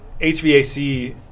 HVAC